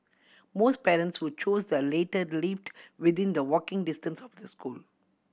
most parents who chose the latter lived within the walking distance of the school